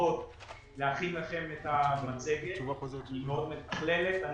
המאוחרות להכין לכם את המצגת שהיא מאוד משוכללת.